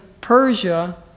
Persia